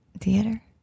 theater